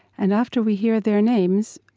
and after we hear their names,